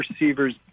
receivers